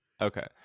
Okay